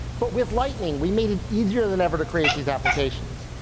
but with lightning, we made it easier than ever to create these applications.